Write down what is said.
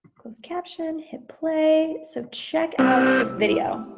closed caption, hit play. so check out this video.